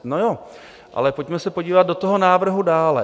No jo, ale pojďme se podívat do toho návrhu dále.